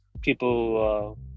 People